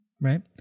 right